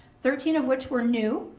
thirteen of which were new,